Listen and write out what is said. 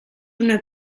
una